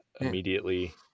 immediately